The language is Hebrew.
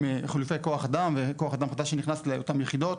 עם אכלוסי כוח אדם, וכוח אדם שנכנס לאותן יחידות.